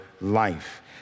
life